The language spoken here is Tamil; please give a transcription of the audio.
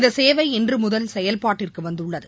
இந்த சேவை இன்று முதல் செயல்பாட்டிற்கு வந்துள்ளது